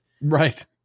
right